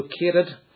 located